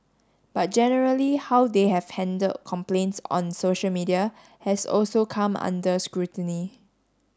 but generally how they have handled complaints on social media has also come under scrutiny